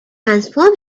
transform